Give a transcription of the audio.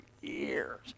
years